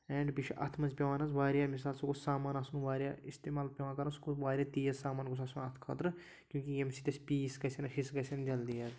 and بیٚیہِ چھِ اَتھ منٛز پٮ۪وان حظ واریاہ مِثال سُہ گوٚژھ سامان آسُن واریاہ اِستعمال پٮ۪وان کَرُن سُہ گوٚژھ واریاہ تیز سامان گوٚژھ آسُن اَتھ خٲطرٕ کیونکہِ ییٚمہِ سۭتۍ اَسہِ پیٖس گَژھن حِصہٕ گَژھن جلدی